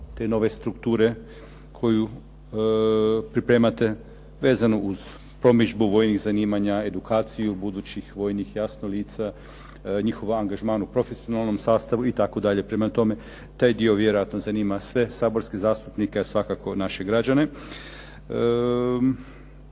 te nove strukture koju pripremate, vezano uz promidžbu vojnih zanimanja, edukaciju vojnih jasno lica, njihov angažman u profesionalnom sastavu, itd. Prema tome, taj dio vjerojatno zanima sve saborske zastupnike, a svakako naše građane.